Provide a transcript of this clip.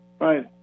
right